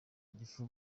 igifu